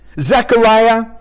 Zechariah